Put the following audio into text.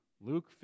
Luke